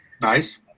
nice